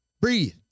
breathe